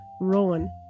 Rowan